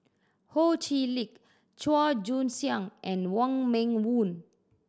Ho Chee Lick Chua Joon Siang and Wong Meng Voon